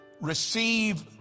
receive